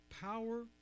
power